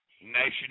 nation